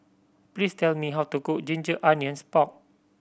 please tell me how to cook ginger onions pork